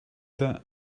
that